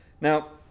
Now